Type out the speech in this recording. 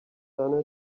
done